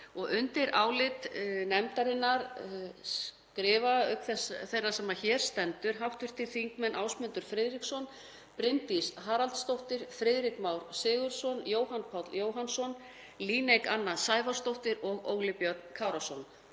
Undir álit nefndarinnar skrifa, auk þeirrar sem hér stendur, hv. þingmenn Ásmundur Friðriksson, Bryndís Haraldsdóttir, Friðrik Már Sigurðsson, Jóhann Páll Jóhannsson, Líneik Anna Sævarsdóttir og Óli Björn Kárason.